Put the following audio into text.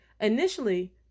Initially